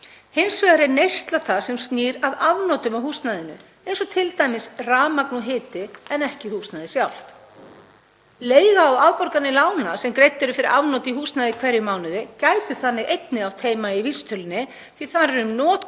Hins vegar er neysla það sem snýr að afnotum af húsnæðinu, eins og t.d. rafmagn og hiti, en ekki húsnæðið sjálft. Leiga og afborganir lána sem greidd eru fyrir afnot af húsnæði í hverjum mánuði gætu þannig einnig átt heima í vísitölunni því þar er um notkun